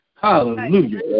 Hallelujah